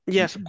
Yes